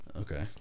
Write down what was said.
Okay